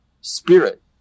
spirit